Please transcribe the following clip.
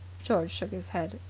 george shook his head.